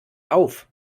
auf